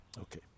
Okay